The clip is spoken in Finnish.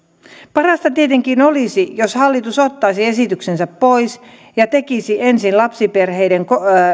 parasta tietenkin olisi jos hallitus ottaisi esityksensä pois ja tekisi ensin